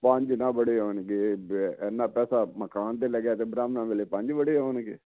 ਪੰਜ ਨਾ ਬੜੇ ਹੋਣਗੇ ਇੰਨਾਂ ਪੈਸਾ ਮਕਾਨ 'ਤੇ ਲੱਗਿਆ ਅਤੇ ਬ੍ਰਾਹਮਣਾਂ ਵੇਲੇ ਪੰਜ ਬੜੇ ਹੋਣਗੇ